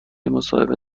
مصاحبه